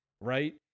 right